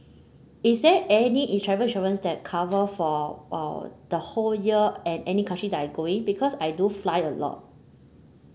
is there any insur~ travel insurance that cover for uh the whole year at any country that I going because I do fly a lot